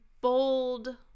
bold